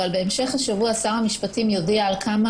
אבל בהמשך השבוע שר המשפטים יודיע על כמה